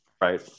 Right